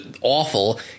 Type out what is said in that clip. awful